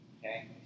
Okay